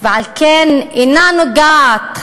ועל כן אינה נוגעת,